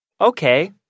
Okay